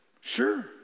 Sure